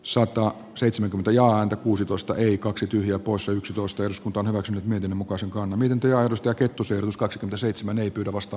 soittaa seitsemänkymmentä ja häntä kuusitoista ei kaksi tyhjää poissa yksitoista jos on maksanut miten muka sekaantuminen työllistää kettusen skak seitsemän ei pyydä vasta